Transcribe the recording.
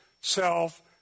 self